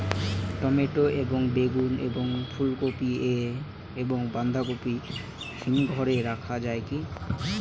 Tomato এবং বেগুন এবং ফুলকপি এবং বাঁধাকপি হিমঘরে রাখা যায় কি?